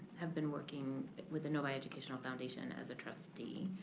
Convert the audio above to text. have been working with the novi educational foundation as a trustee.